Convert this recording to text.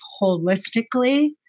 holistically